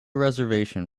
reservation